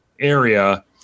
area